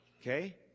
Okay